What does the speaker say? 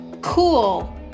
Cool